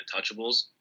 untouchables